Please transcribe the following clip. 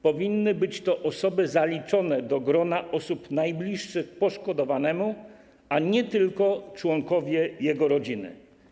Powinny być to osoby zaliczone do grona osób najbliższych poszkodowanemu, a nie tylko członkowie jego rodziny.